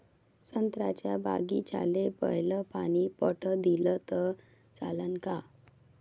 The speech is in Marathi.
संत्र्याच्या बागीचाले पयलं पानी पट दिलं त चालन का?